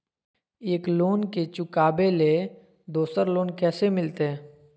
एक लोन के चुकाबे ले दोसर लोन कैसे मिलते?